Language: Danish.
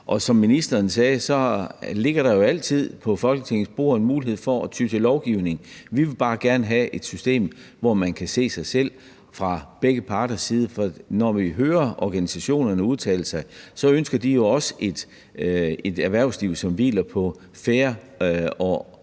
Som ministeren sagde, ligger der jo altid på Folketingets bord en mulighed for at ty til lovgivning. Vi vil bare gerne have et system, hvor man kan se sig selv fra begge parters side. Når vi hører organisationerne udtale sig, hører vi, at de jo også ønsker et erhvervsliv, som hviler på fair og ordentlig